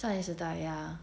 少女时代 ya